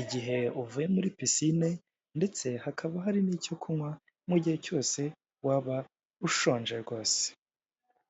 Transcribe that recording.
igihe uvuye muri pisine ndetse hakaba hari n'icyo kunywa mu gihe cyose waba ushonje rwose.